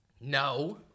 No